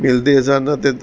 ਮਿਲਦੇ ਸਨ ਅਤੇ